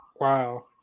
Wow